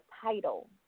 title